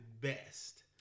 best